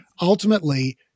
ultimately